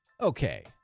Okay